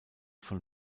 von